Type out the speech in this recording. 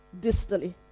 distally